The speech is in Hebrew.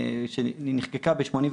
שהיא נחקקה ב-85,